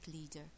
leader